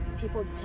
People